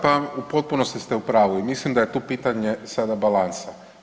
Pa u potpunosti ste u pravu i mislim da je tu pitanje sada balansa.